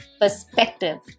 perspective